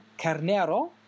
Carnero